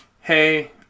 hey